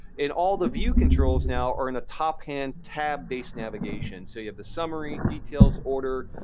in all the view controls now are in a top-hand tab-based navigation. so you have the summary, details, order,